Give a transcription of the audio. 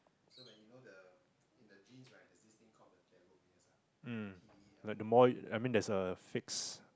mm but the more you I mean there's a fixed